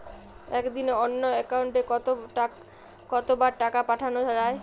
একদিনে অন্য একাউন্টে কত বার টাকা পাঠানো য়ায়?